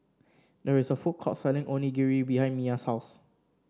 there is a food court selling Onigiri behind Miya's house